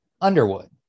Underwood